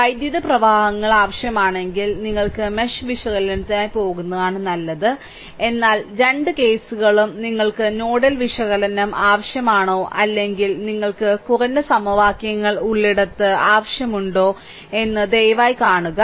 വൈദ്യുത പ്രവാഹങ്ങൾ ആവശ്യമാണെങ്കിൽ നിങ്ങൾ മെഷ് വിശകലനത്തിനായി പോകുന്നതാണ് നല്ലത് എന്നാൽ രണ്ട് കേസുകളും നിങ്ങൾക്ക് നോഡൽ വിശകലനം ആവശ്യമാണോ അല്ലെങ്കിൽ നിങ്ങൾക്ക് കുറഞ്ഞത് സമവാക്യങ്ങൾ ഉള്ളിടത്ത് ആവശ്യമുണ്ടോ എന്ന് ദയവായി കാണുക